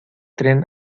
tren